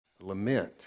lament